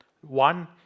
one